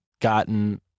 gotten